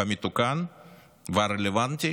המתוקן והרלוונטי